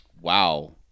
Wow